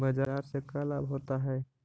बाजार से का लाभ होता है?